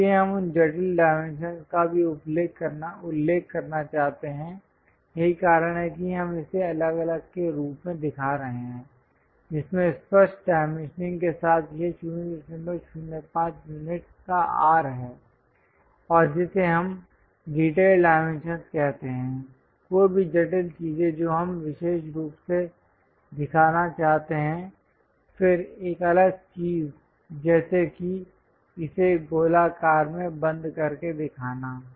इसलिए हम उन जटिल डाइमेंशंस का भी उल्लेख करना चाहते हैं यही कारण है कि हम इसे अलग अलग के रूप में दिखा रहे हैं जिसमें स्पष्ट डाइमेंशनिंग के साथ यह 005 यूनिट्स का R है और जिसे हम डिटेल डाइमेंशंस कहते हैं कोई भी जटिल चीजें जो हम विशेष रूप से दिखाना चाहते हैं फिर एक अलग चीज जैसे कि इसे गोलाकार में बंद करके दिखाना